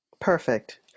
Perfect